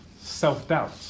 self-doubt